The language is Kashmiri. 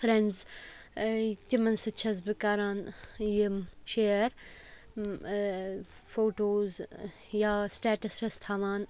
فرٛٮ۪نٛڈٕز تِمَن سۭتۍ چھَس بہٕ کَران یِم شِیَر فوٹوز یا سٕٹیٹَس چھَس تھاوان